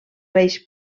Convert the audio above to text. reis